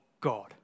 God